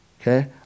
Okay